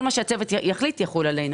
כל מה שהצוות יחליט, יחול עלינו.